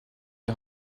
die